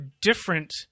different